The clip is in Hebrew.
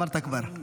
אמרת כבר.